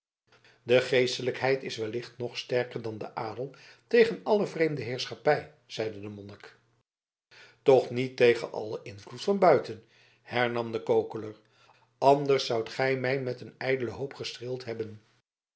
de geestelijkheid is wellicht nog sterker dan de adel tegen alle vreemde heerschappij zeide de monnik toch niet tegen allen invloed van buiten hernam de kokeler anders zoudt gij mij met een ijdele hoop gestreeld hebben